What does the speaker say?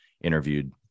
interviewed